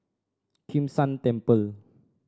Kim San Temple